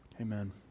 Amen